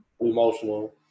Emotional